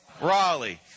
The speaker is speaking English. Raleigh